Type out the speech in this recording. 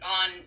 on